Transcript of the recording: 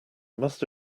must